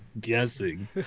guessing